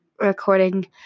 recording